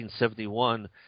1971